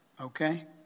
Okay